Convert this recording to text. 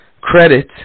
credit